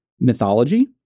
mythology